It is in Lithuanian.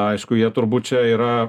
aišku jie turbūt čia yra